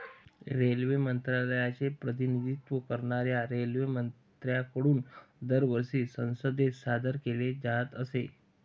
railway मंत्रालयाचे प्रतिनिधित्व करणाऱ्या रेल्वेमंत्र्यांकडून दरवर्षी संसदेत सादर केले जात असे